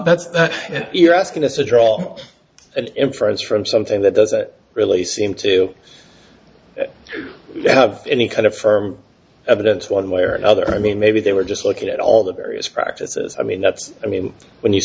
that's you're asking us to draw an inference from something that doesn't really seem to to have any kind of firm evidence one way or another i mean maybe they were just looking at all the various practices i mean that's i mean when you